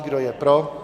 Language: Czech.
Kdo je pro?